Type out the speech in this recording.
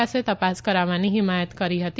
પાસે તપાસ કરાવવાની હિમાયત કરી હતી